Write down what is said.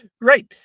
Right